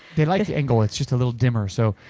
they like the angle it's just a little dimmer. so.